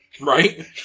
Right